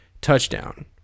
touchdown